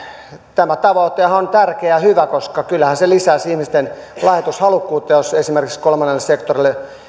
tämä tavoitehan on tärkeä ja hyvä koska kyllähän se lisäisi ihmisten lahjoitushalukkuutta jos esimerkiksi kolmannelle sektorille